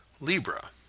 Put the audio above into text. Libra